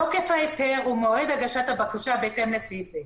תוקף ההיתר הוא מועד הגשת הבקשה בהתאם לסעיף זה.